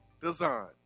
Design